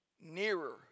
nearer